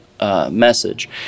Message